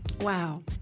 wow